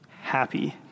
happy